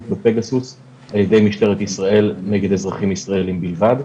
בפגסוס על ידי משטרת ישראל נגד אזרחים ישראליים בלבד,